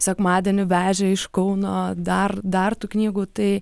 sekmadienį vežė iš kauno dar dar tų knygų tai